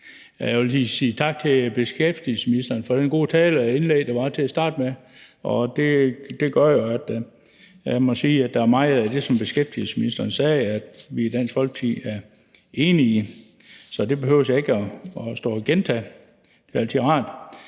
Jeg vil sige tak til beskæftigelsesministeren for den gode tale og det gode indlæg, der var til at starte med, og det gør jo, at jeg må sige, at der er meget af det, som beskæftigelsesministeren sagde, vi er enige i i Dansk Folkeparti, så det behøver jeg ikke at stå og gentage. Det er altid rart.